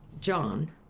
John